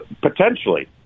Potentially